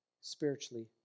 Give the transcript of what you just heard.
spiritually